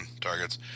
targets